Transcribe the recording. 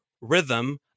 Rhythm